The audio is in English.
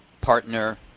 partner